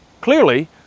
clearly